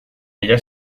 ella